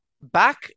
back